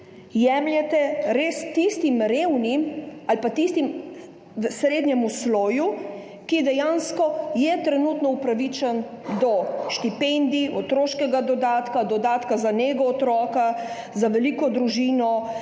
jemljete res tistim revnim ali pa srednjemu sloju, ki je dejansko trenutno upravičen do štipendij, otroškega dodatka, dodatka za nego otroka, za veliko družino,